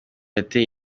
yateye